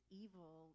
evil